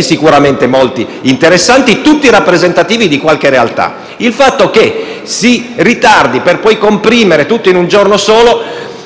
sicuramente molti interessanti, tutti rappresentativi di qualche realtà. Il fatto che si ritardi per poi comprimere l'esame tutto in un giorno solo